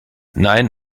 nein